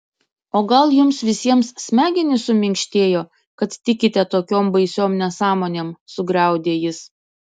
o gal jums visiems smegenys suminkštėjo kad tikite tokiom baisiom nesąmonėm sugriaudė jis